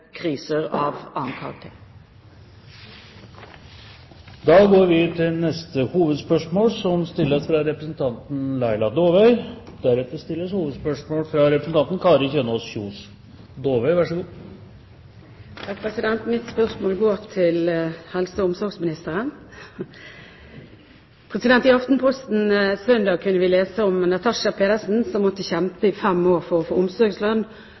kriser og kriser av annen karakter. Vi går til neste hovedspørsmål. Mitt spørsmål går til helse- og omsorgsministeren. I Aftenposten søndag kunne vi lese om Natasha Pedersen, som måtte kjempe i fem år for å få omsorgslønn